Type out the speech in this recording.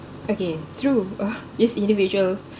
okay true uh yes individuals